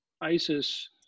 ISIS